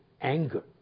anger